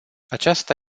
aceasta